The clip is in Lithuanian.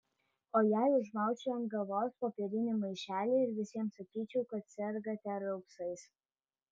o jei užmaučiau ant galvos popierinį maišelį ir visiems sakyčiau kad sergate raupsais